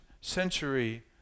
century